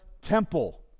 temple